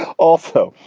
also,